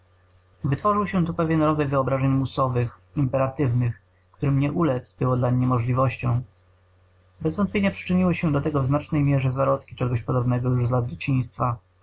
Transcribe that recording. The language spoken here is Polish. wytworzył się tu pewien rodzaj wyobrażeń musowych imperatywnych którym nie uledz było dlań niemożliwością bez wątpienia przyczyniły się do tego w znacznej mierze zarodki czegoś podobnego już z lat dzieciństwa